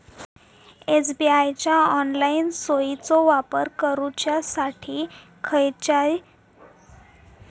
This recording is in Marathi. एस.बी.आय च्या ऑनलाईन सोयीचो वापर करुच्यासाठी खयच्याय स्वरूपात जास्तीचे पैशे भरूचे लागणत नाय